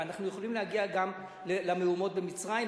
אנחנו יכולים להגיע גם למהומות במצרים,